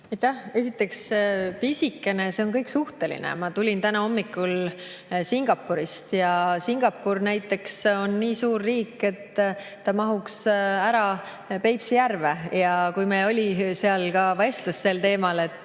Esiteks, pisikene – see on kõik suhteline. Ma tulin täna hommikul Singapurist. Singapur näiteks on sellise suurusega riik, et ta mahuks ära Peipsi järve. Kui meil oli seal vestlus sel teemal, et